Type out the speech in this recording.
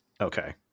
Okay